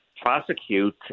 prosecute